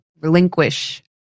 relinquish